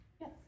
Yes